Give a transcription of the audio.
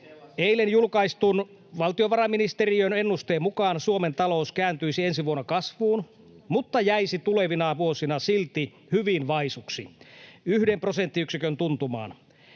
Eilen julkaistun valtiovarainministeriön ennusteen mukaan Suomen talous kääntyisi ensi vuonna kasvuun mutta jäisi tulevina vuosina silti hyvin vaisuksi, yhden prosenttiyksikön tuntumaan.